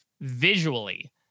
visually